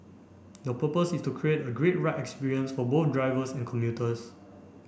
the purpose is to create a great ride experience for both drivers and commuters